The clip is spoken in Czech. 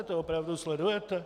To opravdu sledujete?